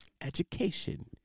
Education